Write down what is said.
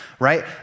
Right